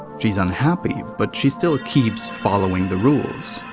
she's unhappy, but she still ah keeps following the rules.